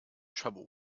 trouble